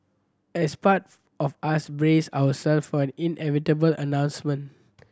as part of us braced ourselves for an inevitable announcement